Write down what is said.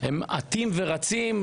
הם עטים ורצים,